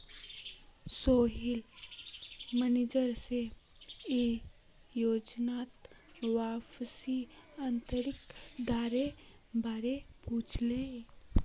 Sohail manager से ई योजनात वापसीर आंतरिक दरेर बारे पुछले